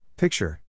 Picture